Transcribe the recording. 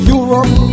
Europe